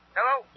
Hello